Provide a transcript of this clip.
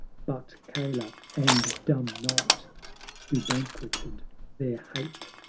but kala and dumb night who banqueted their hate!